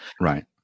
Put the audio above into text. Right